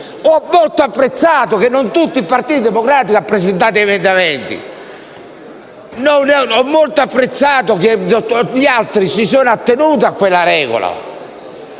Ho molto apprezzato che non tutto il Partito Democratico abbia presentato emendamenti. Ho molto apprezzato che gli altri si siano attenuti a quella regola.